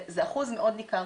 זה אחוז מאוד ניכר.